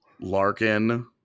Larkin